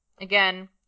Again